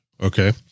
Okay